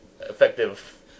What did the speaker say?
effective